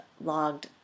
logged